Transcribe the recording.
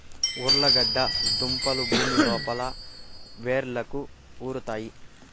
ఉర్లగడ్డ దుంపలు భూమి లోపల వ్రేళ్లకు ఉరుతాయి